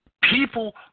people